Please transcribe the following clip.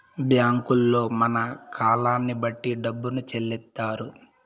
బ్యాంకుల్లో మన కాలాన్ని బట్టి డబ్బును చెల్లిత్తారు